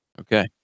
Okay